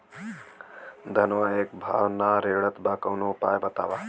धनवा एक भाव ना रेड़त बा कवनो उपाय बतावा?